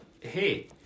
hey